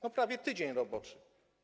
To prawie tydzień roboczy.